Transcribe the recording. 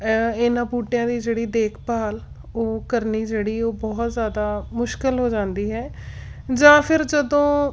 ਇਹਨਾਂ ਬੂਟਿਆਂ ਦੀ ਜਿਹੜੀ ਦੇਖਭਾਲ ਉਹ ਕਰਨੀ ਜਿਹੜੀ ਉਹ ਬਹੁਤ ਜ਼ਿਆਦਾ ਮੁਸ਼ਕਲ ਹੋ ਜਾਂਦੀ ਹੈ ਜਾਂ ਫੇਰ ਜਦੋਂ